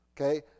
Okay